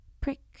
prick